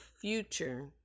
future